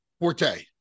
forte